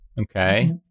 Okay